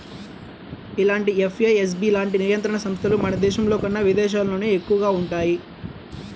ఇలాంటి ఎఫ్ఏఎస్బి లాంటి నియంత్రణ సంస్థలు మన దేశంలోకన్నా విదేశాల్లోనే ఎక్కువగా వుంటయ్యి